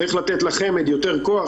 צריך לתת לחמ"ד יותר כוח,